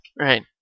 Right